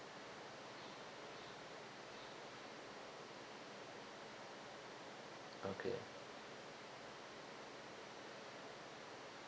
okay